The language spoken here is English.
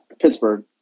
Pittsburgh